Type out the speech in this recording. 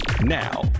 now